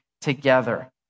together